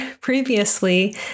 previously